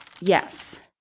Yes